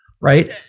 Right